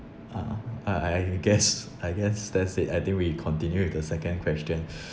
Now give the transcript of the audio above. uh I I guess I guess that's it I think we continue with the second question